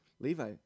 levi